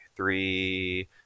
three